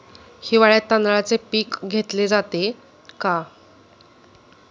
हिवाळ्यात तांदळाचे पीक घेतले जाते का?